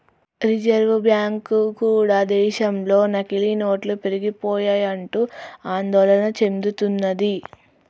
reserve bank కూడా దేశంలో నకిలీ నోట్లు పెరిగిపోయాయంటూ ఆందోళన చెందుతున్నది